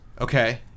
Okay